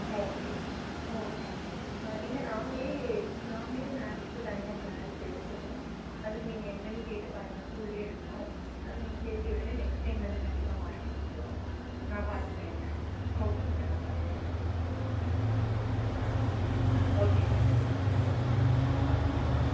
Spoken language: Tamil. ஓகேங்க ஓகேங்க இல்லை நாங்களே நாங்களே மேக்ஸ்க்கு தனியாக க்ளாஸ் எடுக்கிறோம் அதுக்கு நீங்கள் என்னென்னு கேட்டு பாருங்கள் ஸ்கூல்லயே எடுக்கிறோம் அது நீங்கள் சேர்த்தி விடுங்கள் நெக்ஸ்ட் டைம்லேயிருந்து கண்டிப்பாக மார்க் எடுத்துருவா நான் பார்த்துக்குறேங்க ஓகேங்க நான் பார்த்துக்குறேன் ஆ ஆ ஓகேங்க கண்டிப்பாக கண்டிப்பாக ஆ நான் பார்த்துக்குறேங்க